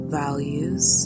values